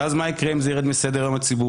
ואז מה יקרה אם זה ירד מסדר-היום הציבורי?